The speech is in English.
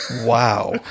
Wow